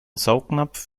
saugnapf